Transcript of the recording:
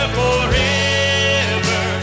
forever